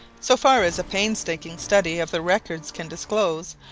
so far as a painstaking study of the records can disclose,